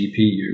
GPU